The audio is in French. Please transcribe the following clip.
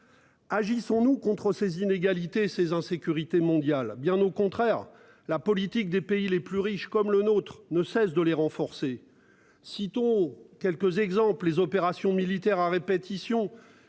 Agissons-nous contre ces inégalités ses insécurité mondiale, bien au contraire. La politique des pays les plus riches comme le nôtre ne cesse de les renforcer. Citons quelques exemples les opérations militaires à répétition